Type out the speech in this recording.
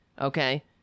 Okay